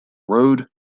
road